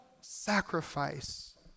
sacrifice